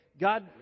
God